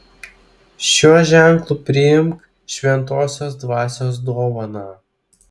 šiuo ženklu priimk šventosios dvasios dovaną